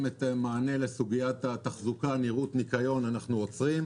מענה לסוגיית הנראות והניקיון אנחנו עוצרים.